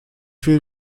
viel